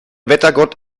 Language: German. wettergott